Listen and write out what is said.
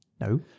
No